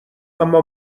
اما